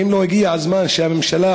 האם לא הגיע הזמן שהממשלה